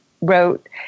wrote